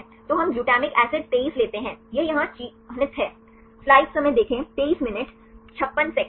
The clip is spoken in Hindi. तो हम ग्लूटामिक एसिड 23 लेते हैं यह यहाँ चिह्नित है